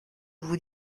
vous